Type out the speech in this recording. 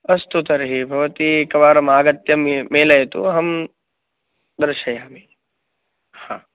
अस्तु तर्हि भवती एकवारम् आगत्य मे मेलयतु अहं दर्शयामि हा